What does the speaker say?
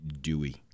Dewey